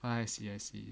I see I see